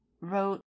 wrote